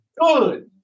good